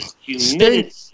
humidity